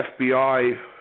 fbi